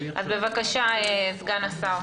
בבקשה סגן השר.